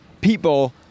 people